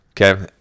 okay